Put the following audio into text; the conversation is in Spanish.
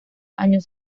años